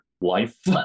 life